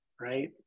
right